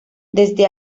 desde